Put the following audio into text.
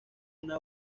una